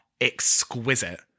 exquisite